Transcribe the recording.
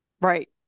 Right